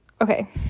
okay